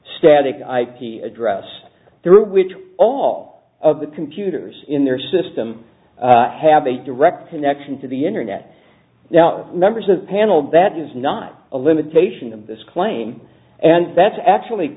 static ip address through which all of the computers in their system have a direct connection to the internet now numbers to handle that is not a limitation of this claim and that's actually